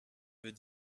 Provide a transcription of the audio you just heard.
veut